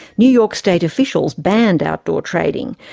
new york state officials banned outdoor trading,